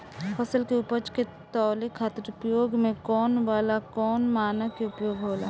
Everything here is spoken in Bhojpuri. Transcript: फसल के उपज के तौले खातिर उपयोग में आवे वाला कौन मानक के उपयोग होला?